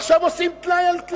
ועכשיו עושים טלאי על טלאי.